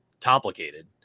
complicated